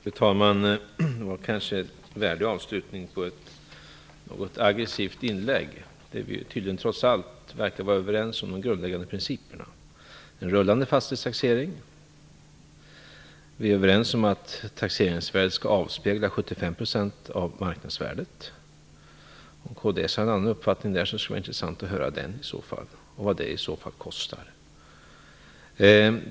Fru talman! Det var kanske en värdig avslutning på ett något aggressivt inlägg. Vi verkar trots allt vara överens om de grundläggande principerna, nämligen en rullande fastighetstaxering och att taxeringsvärdet skall avspegla 75 % av marknadsvärdet. Om kds har en annan uppfattning där skulle det vara intressant att höra den och vad det i så fall kostar.